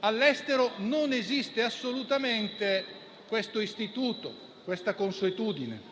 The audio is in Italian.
All'estero non esistono assolutamente questo istituto e questa consuetudine.